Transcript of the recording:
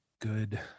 good